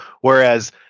whereas